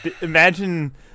Imagine